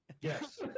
yes